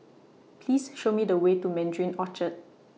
Please Show Me The Way to Mandarin Orchard